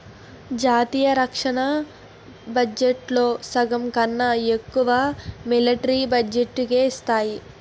జాతీయ రక్షణ బడ్జెట్లో సగంకన్నా ఎక్కువ మిలట్రీ బడ్జెట్టుకే ఇస్తారు